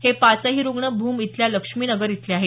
हे पाचही रुग्ण भूम इथल्या लक्ष्मी नगर इथले आहेत